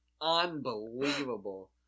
Unbelievable